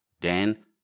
Dan